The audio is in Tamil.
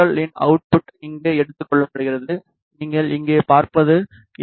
எல் இன் அவுட்புட் இங்கே எடுத்துக் கொள்ளப்படுகிறது நீங்கள் இங்கே பார்ப்பது எஸ்